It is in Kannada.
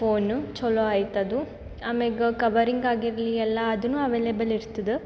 ಫೋನು ಚಲೋ ಆಯ್ತಾದು ಆಮ್ಯಾಗೆ ಕವರಿಂಗ್ ಆಗಿರಲಿ ಎಲ್ಲ ಅದನ್ನು ಅವೈಲೆಬ್ಲ್ ಇರಿಸ್ತದ